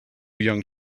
young